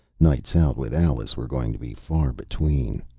nights out with alice were going to be far between.